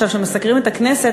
שעכשיו מסקרים את הכנסת,